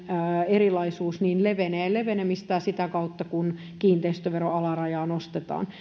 erilaisuus levenee levenemistään sitä kautta kun kiinteistöveron alarajaa nostetaan